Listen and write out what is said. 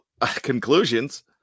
conclusions